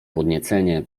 podniecenie